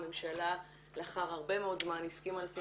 הממשלה לאחר הרבה מאוד זמן הסכימה לשים